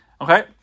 okay